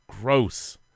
gross